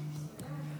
תודה רבה, אדוני.